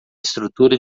estrutura